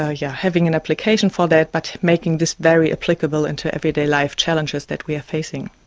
ah yeah, having an application for that, but making this very applicable into everyday life challenges that we are facing.